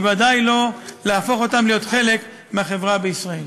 בוודאי לא להפוך אותם להיות חלק מהחברה בישראל.